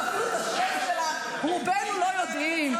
שאפילו את השם שלה רובנו לא יודעים?